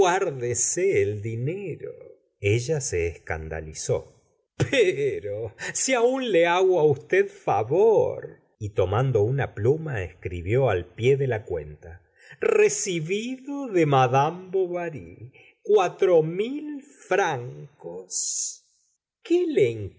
guárdese el dinero ella se escandalizó pero si áún le hago á usted favor y tomando una pluma escribió al pie de la cuenta crecibido de madame bovary cuatro mil francos